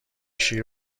شیر